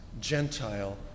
Gentile